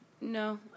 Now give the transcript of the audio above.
no